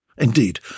Indeed